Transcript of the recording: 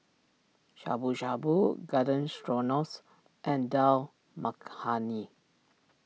Shabu Shabu Garden strong loss and Dal Makhani